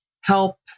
help